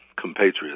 compatriots